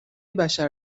بشر